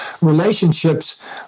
relationships